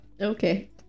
Okay